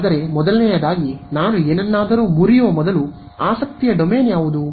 ಆದರೆ ಮೊದಲನೆಯದಾಗಿ ನಾನು ಏನನ್ನಾದರೂ ಮುರಿಯುವ ಮೊದಲು ಆಸಕ್ತಿಯ ಡೊಮೇನ್ ಯಾವುದು